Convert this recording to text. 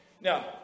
now